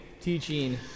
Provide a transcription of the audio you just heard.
teaching